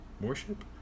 worship